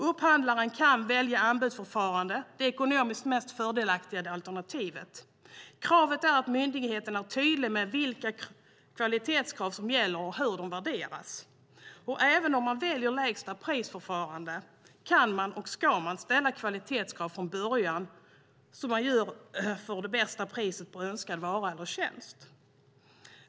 Upphandlaren kan välja anbudsförfarande, det ekonomiskt mest fördelaktiga alternativet. Kravet är att myndigheten är tydlig med vilka kvalitetskrav som gäller och hur de värderas. Även om man väljer lägstaprisförfarandet kan man, och ska man, ställa kvalitetskrav från början som gör att man får det bästa priset på önskad vara eller tjänst.